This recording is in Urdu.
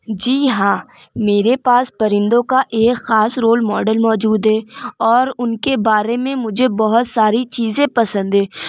جی ہاں میرے پاس پرندوں کا ایک خاص رول ماڈل موجود ہے اور ان کے بارے میں مجھے بہت ساری چیزیں پسند ہے